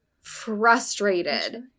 frustrated